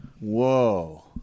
Whoa